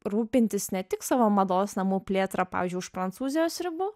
rūpintis ne tik savo mados namų plėtra pavyzdžiui už prancūzijos ribų